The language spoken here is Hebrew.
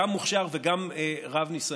גם מוכשר וגם רב-ניסיון,